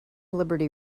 liberty